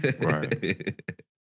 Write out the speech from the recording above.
Right